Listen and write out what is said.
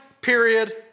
period